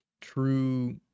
true